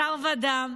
בשר ודם,